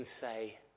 say